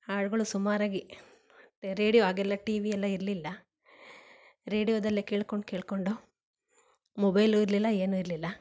ಹಾಡುಗಳು ಸುಮಾರಾಗಿ ರೇಡಿಯೊ ಆಗೆಲ್ಲ ಟಿ ವಿಯೆಲ್ಲ ಇರಲಿಲ್ಲ ರೇಡಿಯೋದಲ್ಲೆ ಕೇಳ್ಕೊಂಡು ಕೇಳಿಕೊಂಡು ಮೊಬೈಲು ಇರಲಿಲ್ಲ ಏನೂ ಇರಲಿಲ್ಲ